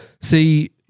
see